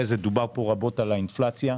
דובר פה רבות על האינפלציה,